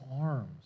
arms